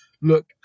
look